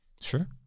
Sure